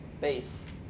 Base